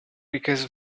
because